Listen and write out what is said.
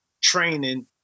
training